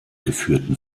geführten